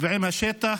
ועם השטח,